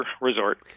Resort